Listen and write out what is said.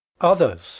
Others